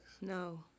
No